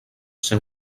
ser